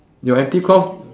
your empty cloth